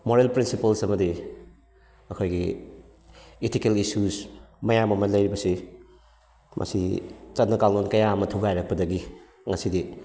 moral principles ꯑꯃꯗꯤ ꯑꯩꯈꯣꯏꯒꯤ ethical issues ꯃꯌꯥꯝ ꯑꯃ ꯂꯩꯔꯤꯕꯁꯤ ꯃꯁꯤ ꯆꯠꯅ ꯀꯥꯡꯂꯣꯟ ꯀꯌꯥ ꯑꯃ ꯊꯨꯒꯥꯏꯔꯛꯄꯗꯒꯤ ꯉꯁꯤꯗꯤ